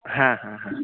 হ্যাঁ হ্যাঁ হ্যাঁ